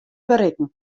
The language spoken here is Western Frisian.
berikken